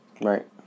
Right